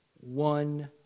one